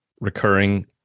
recurring